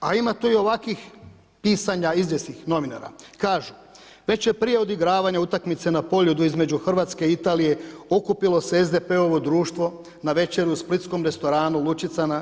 A ima tu i ovakvih pisanja izvjesnih novinara, kažu „Već je prije odigravanja utakmice na Poljudu između Hrvatske i Italije okupilo se SDP-ovo društvo na večeri u splitskom restoranu Lučica na